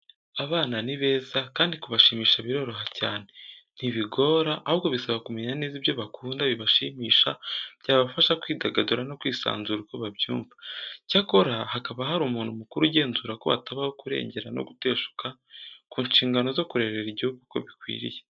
Abana ni beza kandi kubashimisha biroroha cyane, ntibigora ahubwo bisaba kumenya neza ibyo bakunda, bibashimisha, byabafasha kwidagadura no kwisanzura uko babyumva, cyakora hakaba hari umuntu mukuru ugenzura ko hatabaho kurengera no guteshuka ku nshingano zo kurerera igihugu uko bikwiriye.